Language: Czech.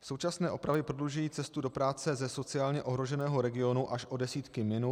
Současné opravy prodlužují cestu do práce ze sociálně ohroženého regionu až o desítky minut.